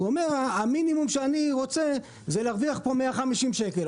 הוא אומר: המינימום שאני רוצה הוא להרוויח פה 150 שקל.